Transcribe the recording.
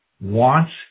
wants